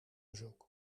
bezoek